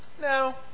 No